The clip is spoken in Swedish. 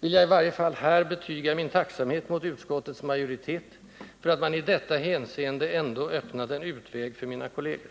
vill jag i varje fall här betyga min tacksamhet mot utskottets majoritet för att man i detta hänseende ändå öppnat en utväg för mina kolleger.